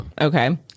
Okay